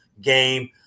game